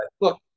Look